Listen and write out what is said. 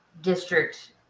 district